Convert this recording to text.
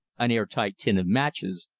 an air-tight tin of matches,